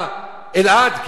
אלעד.